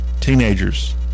teenagers